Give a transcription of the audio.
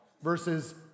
versus